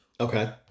Okay